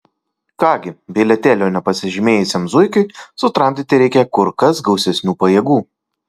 ką gi bilietėlio nepasižymėjusiam zuikiui sutramdyti reikia kur kas gausesnių pajėgų